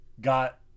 got